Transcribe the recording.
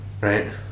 right